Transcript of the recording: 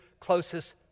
closest